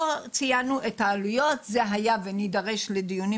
כאן ציינו את העלויות והיה ונידרש לדיונים